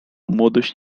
młodość